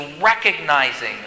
recognizing